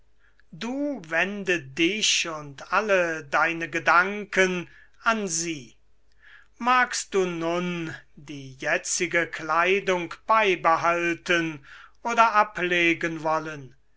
du wende dich und alle deine gedanken an sie magst du nun die jetzige kleidung beibehalten oder ablegen wollen